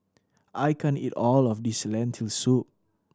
I can't eat all of this Lentil Soup